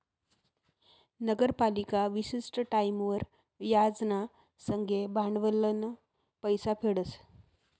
नगरपालिका विशिष्ट टाईमवर याज ना संगे भांडवलनं पैसा फेडस